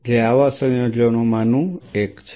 જે આવા સંયોજનોમાંનું એક છે